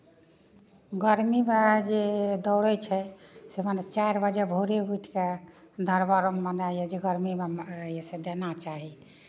गरमीमे जे दौड़ै छै से मने चारि बजे भोरे उठि कऽ दरबर मने यए जे गरमीमे मने यए से देना चाही